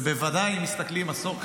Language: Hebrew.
ובוודאי אם מסתכלים עשור קדימה,